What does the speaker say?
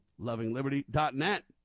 LovingLiberty.net